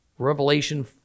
Revelation